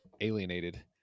alienated